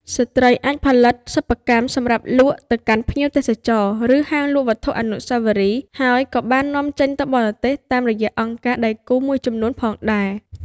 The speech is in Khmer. ស្ត្រីអាចផលិតសិប្បកម្មសម្រាប់លក់ទៅកាន់ភ្ញៀវទេសចរណ៍ ឬហាងលក់វត្ថុអនុស្សាវរីយ៍ ហើយក៏បាន នាំចេញទៅបរទេស តាមរយៈអង្គការដៃគូមួយចំនួនផងដែរ។